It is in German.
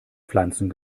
pflanzen